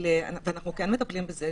אנחנו כן מטפלים בזה.